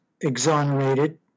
exonerated